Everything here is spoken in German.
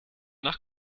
nach